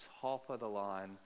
top-of-the-line